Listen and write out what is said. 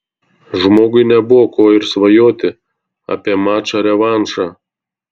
žmogui nebuvo ko ir svajoti apie mačą revanšą